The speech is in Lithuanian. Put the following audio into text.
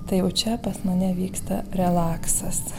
tai jau čia pas mane vyksta relaksas